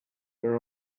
there